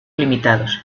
limitados